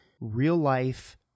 real-life